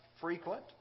frequent